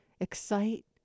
excite